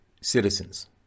citizens